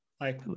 hi